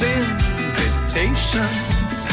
invitations